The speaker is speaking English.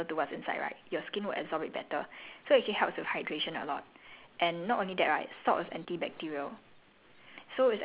err salt that's in that's in your body so your body since it's something similar to what's inside right your skin will absorb it better so it actually helps with hydration a lot